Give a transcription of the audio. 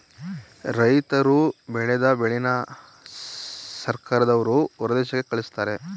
ರೈತರ್ರು ಬೆಳದ ಬೆಳೆನ ಸರ್ಕಾರದವ್ರು ಹೊರದೇಶಕ್ಕೆ ಕಳಿಸ್ತಾರೆ